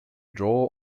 draw